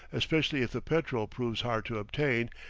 especially if the petrol proves hard to obtain,